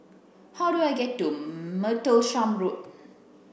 how do I get to Martlesham Road